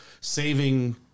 saving